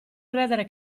credere